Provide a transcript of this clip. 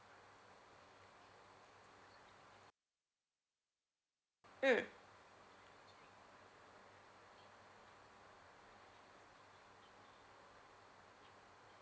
mm